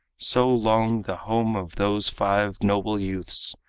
so long the home of those five noble youths,